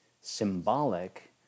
symbolic